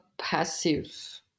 passive